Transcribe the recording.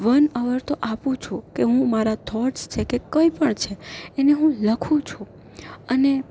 one hour તો આપું છું કે હું મારા થોટસ છે કે કંઇ પણ છે એને હું લખું છું અને